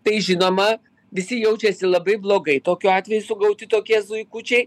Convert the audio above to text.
tai žinoma visi jaučiasi labai blogai tokiu atveju sugauti tokie zuikučiai